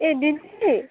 ए दिदी